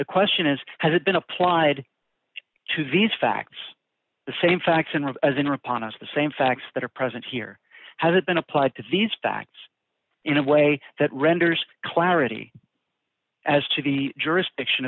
the question is has it been applied to these facts the same facts and as in reponse the same facts that are present here how did been applied to these facts in a way that renders clarity as to the jurisdiction